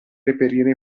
reperire